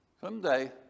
Someday